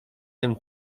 tym